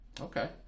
Okay